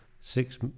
six